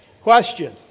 Question